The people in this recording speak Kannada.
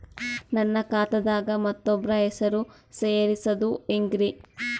ನನ್ನ ಖಾತಾ ದಾಗ ಮತ್ತೋಬ್ರ ಹೆಸರು ಸೆರಸದು ಹೆಂಗ್ರಿ?